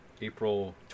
April